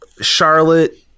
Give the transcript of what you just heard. Charlotte